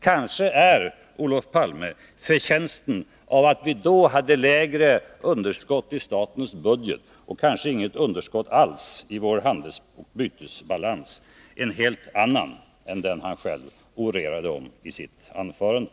Kanske är orsaken till att vi då hade lägre underskott i statens budget, och kanske inget underskott alls i vår bytesbalans, en helt annan än den Olof Palme själv orerade om i sitt anförande.